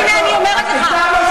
למה את לא יוצאת נגד זה?